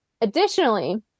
Additionally